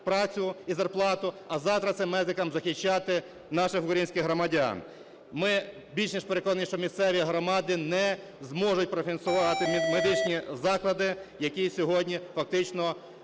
працю і зарплату, а завтра цим медикам захищати наших українських громадян. Ми більш ніж переконані, що місцеві громади не зможуть профінансувати медичні заклади, які сьогодні фактично